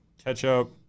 Ketchup